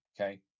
Okay